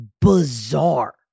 bizarre